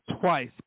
twice